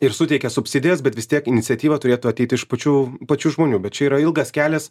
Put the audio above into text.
ir suteikia subsidijas bet vis tiek iniciatyva turėtų ateiti iš pačių pačių žmonių bet čia yra ilgas kelias